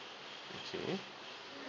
okay